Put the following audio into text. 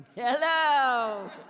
Hello